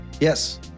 Yes